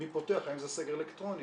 מי פותח, האם זה סגר אלקטרוני,